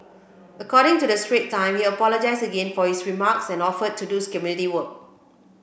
according to the Strait Time he apologised again for his remarks and offered to do community work